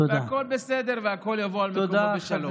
והכול בסדר והכול יבוא על מקומו בשלום.